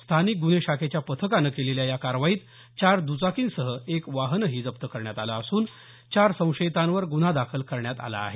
स्थानिक गुन्हे शाखेच्या पथकानं केलेल्या या कारवाईत चार दुचाकींसह एक वाहनही जप्त करण्यात आलं असून चार संशयितांवर गुन्हा दाखल करण्यात आला आहे